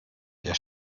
der